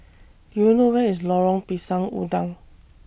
Do YOU know Where IS Lorong Pisang Udang